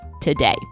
today